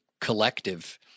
collective